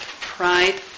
pride